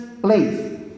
place